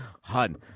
Hun